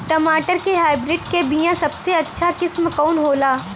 टमाटर के हाइब्रिड क बीया सबसे अच्छा किस्म कवन होला?